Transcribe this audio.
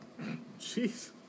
Jeez